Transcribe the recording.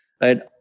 Right